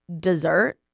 dessert